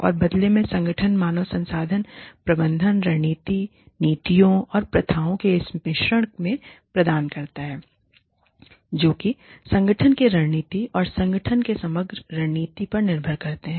और बदले में संगठन मानव संसाधन प्रबंधन रणनीति नीतियों और प्रथाओं के इस मिश्रण में प्रदान करता है जो कि संगठन की रणनीति और संगठन की समग्र रणनीति पर निर्भर करते हैं